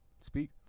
Speak